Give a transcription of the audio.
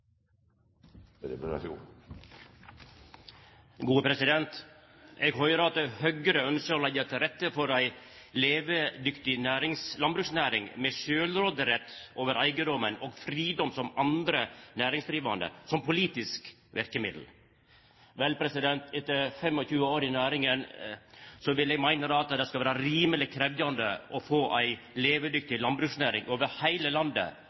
Eg høyrer at Høgre ønskjer å leggja til rette for ei levedyktig landbruksnæring, med sjølvråderett over eigedomen og fridom som andre næringsdrivande som politiske verkemiddel. Vel, etter 25 år i næringa vil eg meina at det skal vera rimeleg krevjande å få ei levedyktig landbruksnæring over heile landet